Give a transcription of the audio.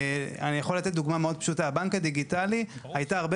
ואני יכול לתת דוגמה מאוד פשוטה: הבנק הדיגיטלי הייתה הרבה